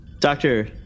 Doctor